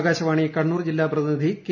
ആകാശവാണി കണ്ണൂർ ജില്ലാ പ്രതിനിധി കെ